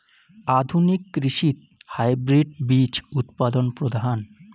আধুনিক কৃষিত হাইব্রিড বীজ উৎপাদন প্রধান